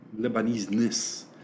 Lebanese-ness